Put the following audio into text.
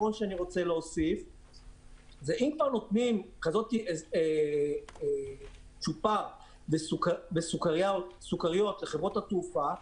אם כבר נותנים כזה צ'ופר וסוכריות לחברות התעופה,